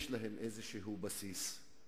יש להם איזשהו בסיס.